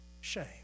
shame